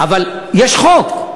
אבל יש חוק.